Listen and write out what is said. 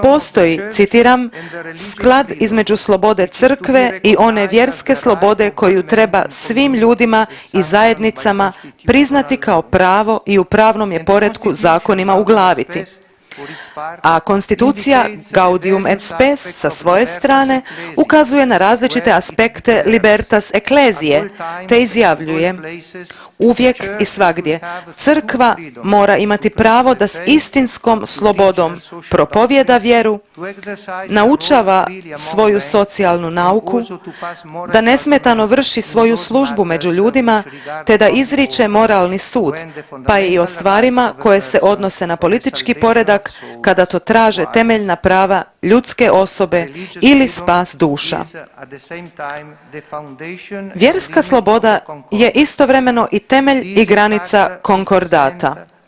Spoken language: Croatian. Postoji citiram: „sklad između slobode Crkve i one vjerske slobode koju treba svim ljudima i zajednicama priznati kao pravo i u pravnom je poretku zakonima uglaviti.“ A konstitucija „Gaudium et Spes“ sa svoje strane ukazuje na različite aspekte „Libertas ecclesiae“ te izjavljuje „uvijek i svagdje Crkva mora imati pravo da s istinskom slobodom propovijeda vjeru, naučava svoju socijalnu nauku, da nesmetano služi svoju službu među ljudima te da izriče moralni sud, pa i o stvarima koje se odnose na politički poredak kada to traže temeljna prava, ljudske osobe ili spas duša.“ Vjerska sloboda je istovremeno i temelj i granica konkordata.